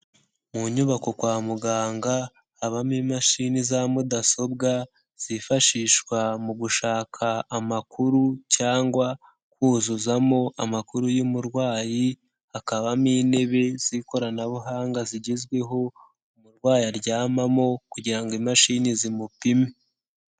Mu nyubako kwa muganga habamo imashini za mudasobwa, zifashishwa mu gushaka amakuru cyangwa kuzuzamo amakuru y'umurwayi, hakabamo intebe z'ikoranabuhanga zigezweho umurwayi aryamamo kugira imashini zimupime.